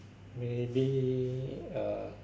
maybe a